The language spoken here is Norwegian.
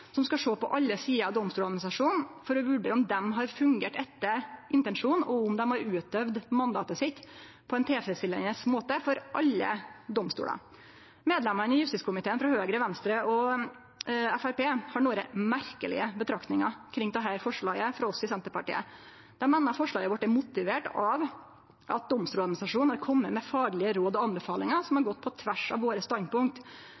som skal sjå på alle sider av Domstoladministrasjonen for å vurdere om dei har fungert etter intensjonen, og om dei har utøvd mandatet sitt på ein tilfredsstillande måte for alle domstolane. Medlemmene i justiskomiteen frå Høgre, Venstre og Framstegspartiet har nokre merkelege betraktningar kring dette forslaget frå oss i Senterpartiet. Dei meiner at forslaget vårt er motivert av at Domstoladministrasjonen har kome med faglege råd og anbefalingar som har gått på tvers av våre standpunkt.